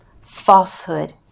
falsehood